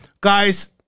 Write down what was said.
Guys